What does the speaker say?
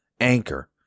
Anchor